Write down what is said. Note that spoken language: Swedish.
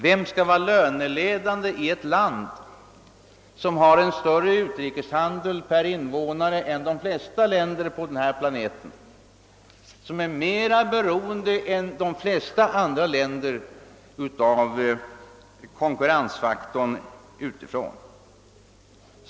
Vem skall vara löneledande i ett land, som har en större utrikeshandel per invånare än de flesta andra länder på vår planet och som är mera beroende än de flesta andra länder av konkurrens utifrån?